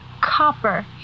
Copper